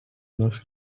наш